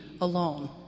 alone